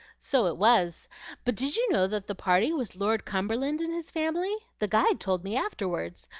so it was but did you know that the party was lord cumberland and his family? the guide told me afterward.